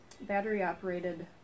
battery-operated